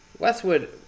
Westwood